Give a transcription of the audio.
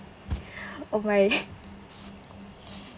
oh my